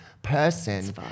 Person